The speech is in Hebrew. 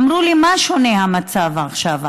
אמרו לי: מה שונה המצב עכשיו,